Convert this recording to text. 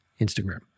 Instagram